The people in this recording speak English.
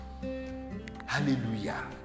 Hallelujah